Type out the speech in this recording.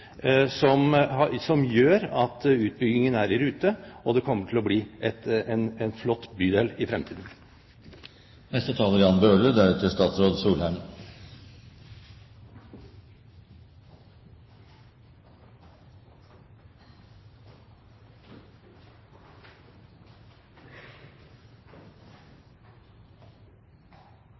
som gjør at utbyggingen er i rute, og det kommer til å bli en flott bydel.